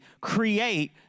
create